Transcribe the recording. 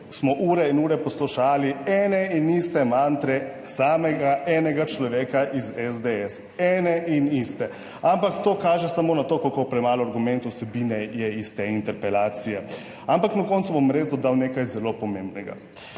smo ure in ure poslušali ene in iste mantre samega enega človeka iz SDS, ene in iste, ampak to kaže samo na to, kako premalo argumentov, vsebine je iste interpelacije. Ampak na koncu bom res dodal nekaj zelo pomembnega.